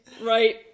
Right